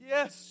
Yes